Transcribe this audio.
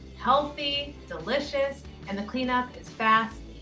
healthy, delicious, and the cleanup is fast